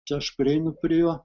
čia aš prieinu prie jo